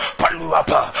paluapa